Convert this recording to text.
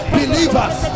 believers